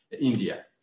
India